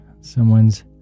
someone's